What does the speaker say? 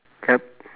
yup